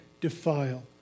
defile